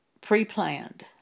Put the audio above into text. pre-planned